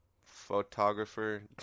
photographer